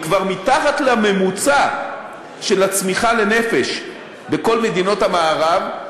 היא כבר מתחת לממוצע של הצמיחה לנפש בכל מדינות המערב,